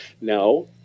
no